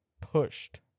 pushed